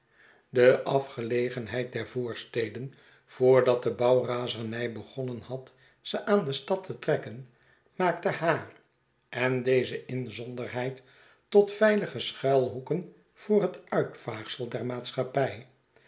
de afgelegenheid der voorsteden voordat de bouwrazernij begonnen had ze aan de stad te trekken maakte haar en deze inzonderheid tot veilige schuilhoeken voor het uitvaagsel der maatschappij